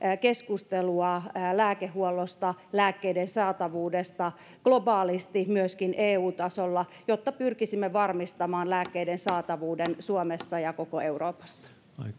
keskustelua lääkehuollosta lääkkeiden saatavuudesta globaalisti myöskin eu tasolla jotta pyrkisimme varmistamaan lääkkeiden saatavuuden suomessa ja koko euroopassa